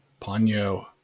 Ponyo